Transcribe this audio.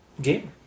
Game